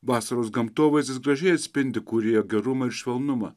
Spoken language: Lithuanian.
vasaros gamtovaizdis gražiai atspindi kūrėjo gerumą ir švelnumą